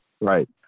right